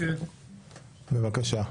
בבקשה.